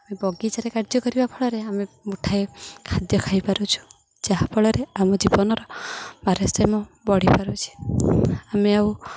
ବଗିଚାରେ କାର୍ଯ୍ୟ କରିବା ଫଳରେ ଆମେ ଉଠାଏ ଖାଦ୍ୟ ଖାଇପାରୁଛୁ ଯାହା ଫଳରେ ଆମ ଜୀବନର ଭାରସାମ୍ୟ ବଢ଼ିପାରୁଛି ଆମେ ଆଉ